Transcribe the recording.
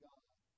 God